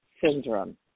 syndrome